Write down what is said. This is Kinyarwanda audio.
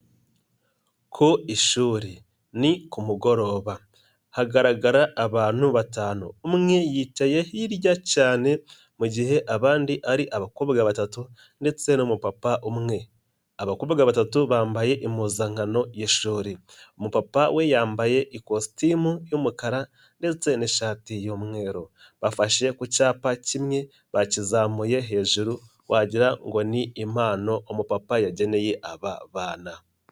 Ku ishuri ni ku mugoroba hagaragara abantu batanu umwe yicaye hirya cyane mu gihe abandi ari abakobwa batatu ndetse n'umupapa umwe, abakobwa batatu bambaye impuzankano y'ishuri, umupapa we yambaye ikositimu y'umukara ndetse n'ishati y'umweru bafashe ku cyapa kimwe bakizamuye hejuru wagira ngo ni impano umupapa yageneye aba bana.